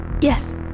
Yes